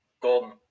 Golden